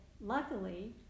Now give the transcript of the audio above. luckily